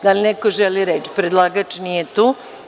Da li neko želi reč? (Ne.) Predlagač nije tu.